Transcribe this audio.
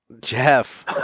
Jeff